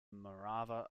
morava